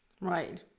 Right